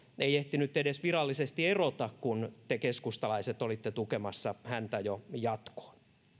ei ehtinyt edes virallisesti erota kun te keskustalaiset olitte tukemassa häntä jo jatkoon